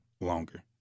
longer